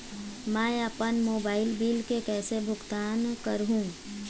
मैं अपन mobile bill के कैसे भुगतान कर हूं?